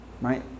right